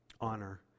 honor